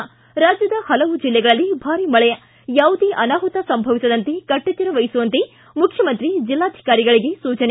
ಿ ರಾಜ್ಯದ ಹಲವು ಜಿಲ್ಲೆಗಳಲ್ಲಿ ಭಾರಿ ಮಳೆ ಯಾವುದೇ ಅನಾಹುತ ಸಂಭವಿಸದಂತೆ ಕಟ್ಟೆಚ್ಚರ ವಹಿಸುವಂತೆ ಮುಖ್ಯಮಂತ್ರಿ ಜೆಲ್ಲಾಧಿಕಾರಿಗಳಿಗೆ ಸೂಚನೆ